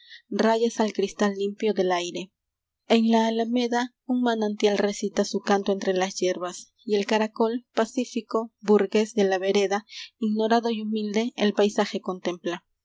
rayas al cristal limpio del aire en la alameda un manantial recita su canto entre las hierbas y el caracol pacífico burgués de la vereda ignorado y humilde el paisaje contempla